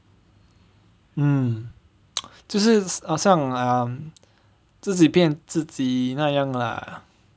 mm 就是好像 um 自己骗自己那样 lah